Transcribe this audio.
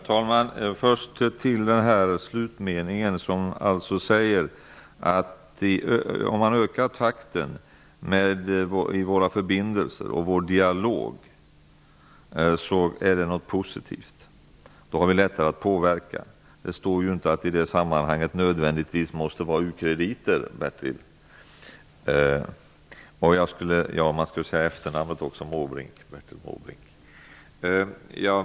Herr talman! I slutmeningen i mitt svar sade jag att det är positivt att öka takten vad gäller våra förbindelser och vår dialog. Då har vi lättare att påverka. Det står inte att det i detta sammanhang nödvändigtvis måste ges u-krediter, Bertil Måbrink.